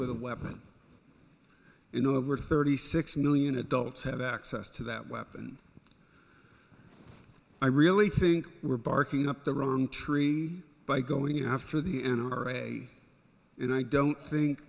with a weapon in over thirty six million adults have access to that weapon i really think we're barking up the wrong tree by going after the n r a it i don't think